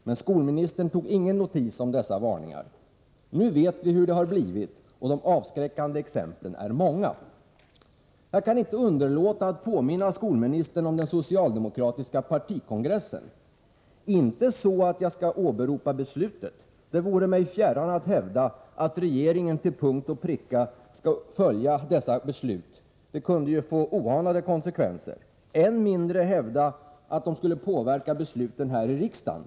Men skolministern tog ingen notis om dessa varningar. Nu vet vi hur det har blivit, och de avskräckande exemplen är många. Jag kan inte underlåta att påminna skolministern om den socialdemokratiska partikongressen. Jag skall inte åberopa besluten. Det vore mig fjärran att hävda att regeringen till punkt och pricka skall följa dessa beslut — det kunde få oanade konsekvenser. Än mindre skall jag hävda att kongressbesluten skall påverka besluten här i riksdagen.